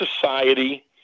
society